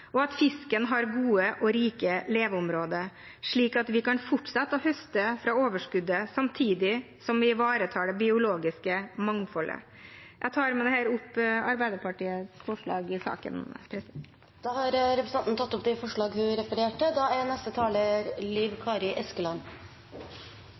og at fisken har gode og rike leveområder, slik at vi kan fortsette å høste fra overskuddet samtidig som vi ivaretar det biologiske mangfoldet. Jeg tar med dette opp forslagene Arbeiderpartiet er en del av i saken. Representanten Else-May Norderhus har tatt opp de forslagene hun refererte til. God forvaltning av våre hav- og kystressursar er